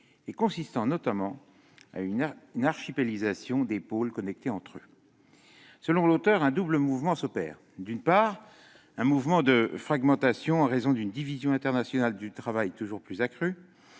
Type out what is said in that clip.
qui consiste notamment en une « archipellisation » de pôles connectés entre eux. Selon l'auteur, un double mouvement s'opère : d'une part, un mouvement de fragmentation en raison d'une division internationale du travail toujours accrue